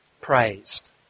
praised